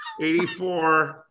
84